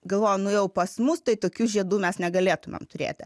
galvoju nu jau pas mus tai tokių žiedų mes negalėtumėm turėti